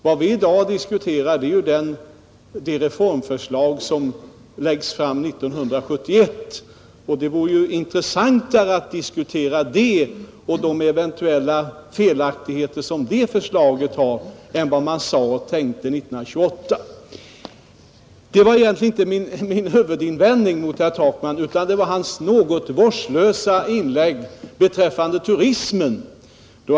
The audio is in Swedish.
Vad vi i dag har framför oss är ju det reformförslag som lagts fram 1971, och det vore intressantare att diskutera det och de eventuella felaktigheter som det förslaget har än att tala om vad man sade och tänkte 1928. Detta var egentligen inte min huvudinvändning mot herr Takman, utan den hänför sig till hans något vårdslösa inlägg beträffande turismen.